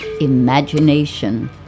imagination